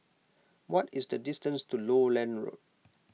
what is the distance to Lowland Road